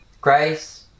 Grace